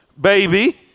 baby